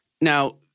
now